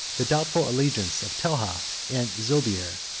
the doubtful allegiance of telha and zobeir,